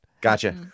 Gotcha